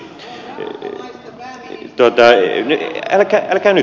älkää nyt puhutaan asiasta